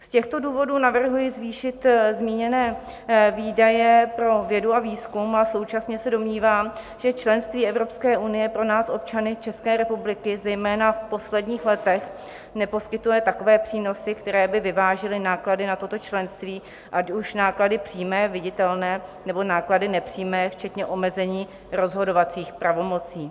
Z těchto důvodů navrhuji zvýšit zmíněné výdaje pro vědu a výzkum a současně se domnívám, že členství v Evropské unii pro nás, občany České republiky, zejména v posledních letech neposkytuje takové přínosy, které by vyvážily náklady na toto členství, ať už náklady přímé, viditelné, nebo náklady nepřímé včetně omezení rozhodovacích pravomocí.